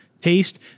taste